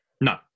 No